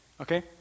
okay